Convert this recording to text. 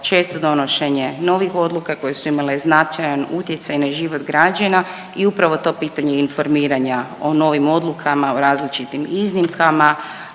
često donošenje novih odluka koje su imale značajan utjecaj na život građana i upravo to pitanje informiranja o novim odlukama, o različitim iznimkama,